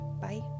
Bye